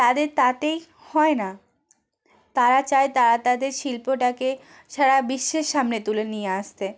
তাদের তাতেই হয় না তারা চায় তারা তাদের শিল্পটাকে সারা বিশ্বের সামনে তুলে নিয়ে আসতে